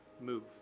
Move